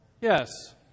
Yes